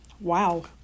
Wow